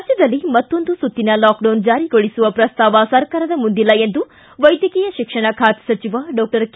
ರಾಜ್ಯದಲ್ಲಿ ಮತ್ತೊಂದು ಸುತ್ತಿನ ಲಾಕ್ಡೌನ್ ಜಾರಿಗೊಳಸುವ ಪ್ರಸ್ತಾವ ಸರ್ಕಾರದ ಮುಂದಿಲ್ಲ ಎಂದು ವೈದ್ಯಕೀಯ ಶಿಕ್ಷಣ ಖಾತೆ ಸಚಿವ ಡಾಕ್ಟರ್ ಕೆ